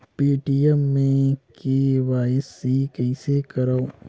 Paytm मे KYC कइसे करव?